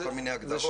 הערבית?